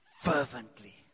fervently